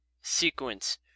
sequence